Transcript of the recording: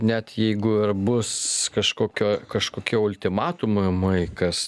net jeigu ir bus kažkokio kažkokie ultimatumamai kas